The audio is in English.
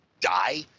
die